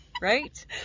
right